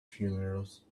funerals